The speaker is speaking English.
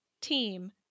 team